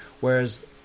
whereas